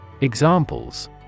Examples